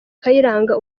kayiranga